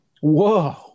whoa